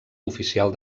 oficial